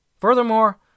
Furthermore